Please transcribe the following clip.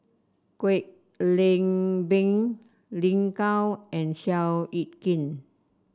Kwek Leng Beng Lin Gao and Seow Yit Kin